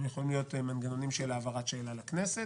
הם יכולים להיות מנגנונים של העברת שאלה לכנסת,